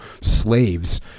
slaves